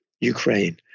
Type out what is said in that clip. Ukraine